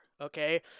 okay